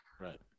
Right